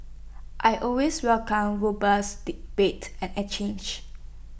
I always welcome robust debates and exchanges